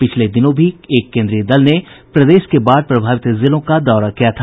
पिछले दिनों भी एक केन्द्रीय दल ने प्रदेश के बाढ़ प्रभावित जिलों का दौरा किया था